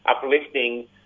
uplifting